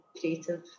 creative